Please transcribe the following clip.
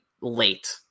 late